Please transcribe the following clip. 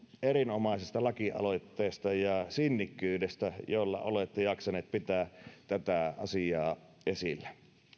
erinomaisesta lakialoitteesta ja sinnikkyydestä jolla olette jaksanut pitää tätä asiaa esillä